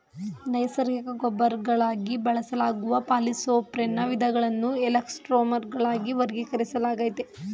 ನೈಸರ್ಗಿಕ ರಬ್ಬರ್ಗಳಾಗಿ ಬಳಸಲಾಗುವ ಪಾಲಿಸೊಪ್ರೆನ್ನ ವಿಧಗಳನ್ನು ಎಲಾಸ್ಟೊಮರ್ಗಳಾಗಿ ವರ್ಗೀಕರಿಸಲಾಗಯ್ತೆ